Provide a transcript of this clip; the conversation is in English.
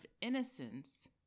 innocence